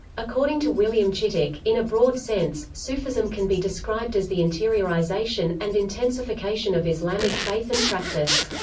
according to william chittick, in a broad sense, sufism can be described as the interiorization, and intensification of islamic faith and practice.